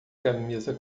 camisa